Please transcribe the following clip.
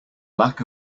lack